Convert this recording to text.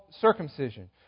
circumcision